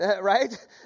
right